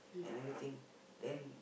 and everything then